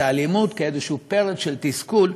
אלימות כאיזשהו פרץ של תסכול,